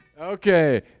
Okay